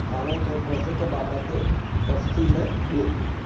हाणोके ट्रेफ़िक बाबति तफ़्सील ॾियो